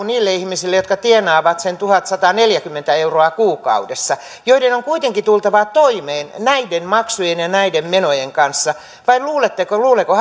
niille ihmisille jotka tienaavat sen tuhatsataneljäkymmentä euroa kuukaudessa ja joiden on kuitenkin tultava toimeen näiden maksujen ja näiden menojen kanssa vai luuleeko luuleeko